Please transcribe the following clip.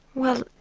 well,